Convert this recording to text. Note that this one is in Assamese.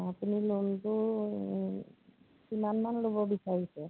আপুনি লোনটো কিমানমান ল'ব বিচাৰিছে